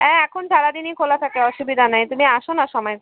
হ্যাঁ এখন সারাদিনই খোলা থাকে অসুবিধা নাই তুমি আসো না সময় করে